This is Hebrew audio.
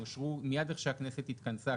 הם אושרו מיד איך שהכנסת התכנסה,